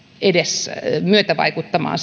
edes myötävaikuttamaan